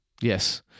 Yes